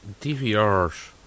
DVRs